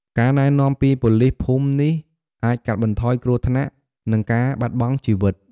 ការណែនាំពីប៉ូលីសភូមិនេះអាច កាត់បន្ថយគ្រោះថ្នាក់ និងការបាត់បង់ជីវិត។